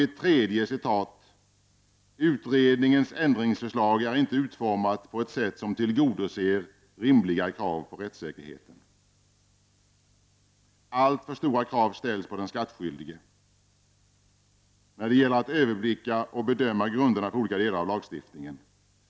Ett tredje lyder ”Utredningens ändringsförslag är inte utformat på ett sätt som tillgodoser rimliga krav på rättssäkerheten. Alltför stora krav ställs på den skattskyldige när det gäller att överblicka och bedöma grunderna för olika delar av lagstiftningen.